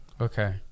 okay